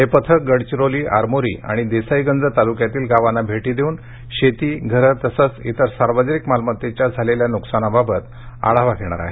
हे पथक गडचिरोली आरमोरी आणि देसाईगंज तालुक्यातील गावांना भेटी देऊन शेती घरं तसंच इतर सार्वजनिक मालमत्तेच्या झालेल्या नुकसानीबाबत आढावा घेणार आहेत